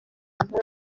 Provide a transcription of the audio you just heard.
mpamvu